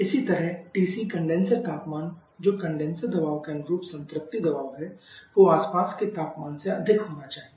इसी तरह TC condenser तापमान जो कंडेनसर दबाव के अनुरूप संतृप्ति दबाव है को आसपास के तापमान से अधिक होना चाहिए